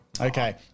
Okay